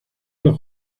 los